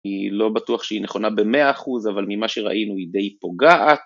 היא לא בטוח שהיא נכונה ב-100%, אבל ממה שראינו היא די פוגעת.